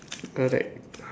correct